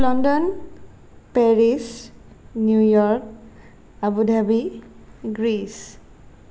London Paris New York Abu Dhabi Greece